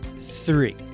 three